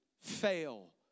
fail